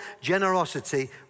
generosity